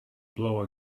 blow